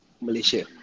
Malaysia